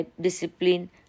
discipline